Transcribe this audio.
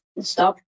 stop